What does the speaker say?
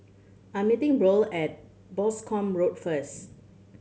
I'm meeting Burl at Boscombe Road first